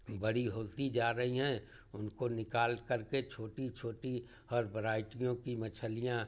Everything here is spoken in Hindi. बड़ी होती जा रही है उनको निकाल करके छोटी छोटी और वरायटियों की मछलियाँ